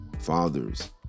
fathers